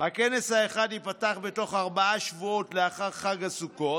הכנס האחד ייפתח בתוך ארבעה שבועות לאחר חג הסוכות,